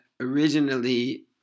originally